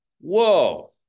Whoa